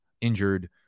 injured